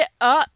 up